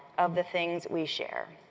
of the things we share,